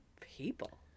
people